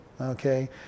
okay